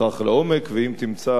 ואם תמצא לנכון,